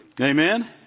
Amen